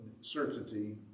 certainty